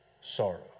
sorrow